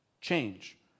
change